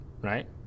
right